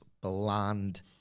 bland